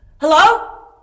Hello